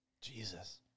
Jesus